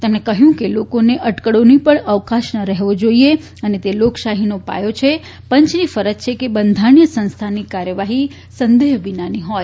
તેમણે કહ્યું કે લોકોને અટકળોની પણ અવકાશ ન હોવો જોઇએ અને તે લોકશાહીનો પાયો છે પંચની ફરજ છે કે બંધારણીય સંસ્થાની કાર્યવાહી સંદેહ વિનાની હોય